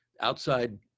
outside